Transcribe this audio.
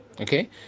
okay